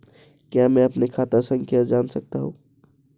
क्या मैं अपनी खाता संख्या जान सकता हूँ?